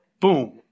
Boom